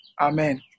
Amen